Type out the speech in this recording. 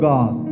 God